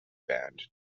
band